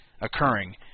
occurring